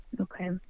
Okay